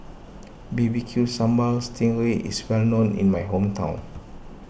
B B Q Sambal Sting Ray is well known in my hometown